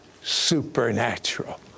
supernatural